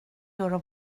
göra